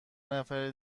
نفر